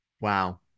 Wow